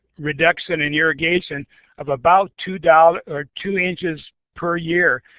reduction in irrigation of about two-dollar or two inches per year.